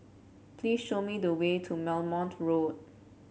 please show me the way to Belmont Road